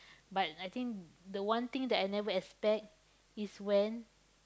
but I think the one thing that I never expect is when